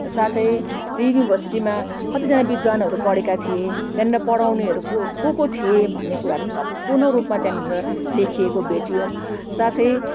साथै ती युनिभर्सिटीमा कतिजना विद्वानहरू पढेका थिए त्यहाँनिर पढाउनेहरू को को थिए भन्ने कुराहरू पनि सम्पूर्ण रूपमा त्यहाँनिर लेखिएको भेटियो साथै